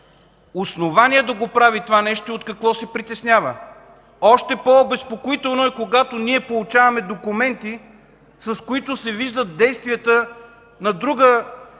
основание да прави това нещо и от какво се притеснява? Още по-обезпокоително е, когато получаваме документи, с които се виждат действията на друга